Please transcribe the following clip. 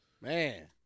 Man